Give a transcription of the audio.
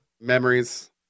Memories